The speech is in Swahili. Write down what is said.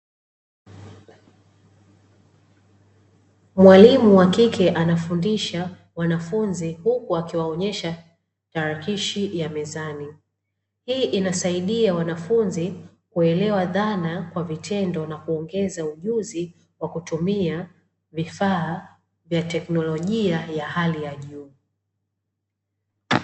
Mwalimu wa kike anafundisha wanafunzi huku akiwaonyesha tarakishi ya mezani, hii inasaidia wanafunzi kuelewa dhana kwa vitendo na kuongeza ujuzi kwa kutumia vifaa vya teknolojia ya hali ya juu.